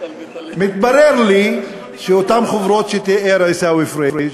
מתברר לי שאותן חוברות שתיאר עיסאווי פריג',